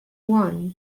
one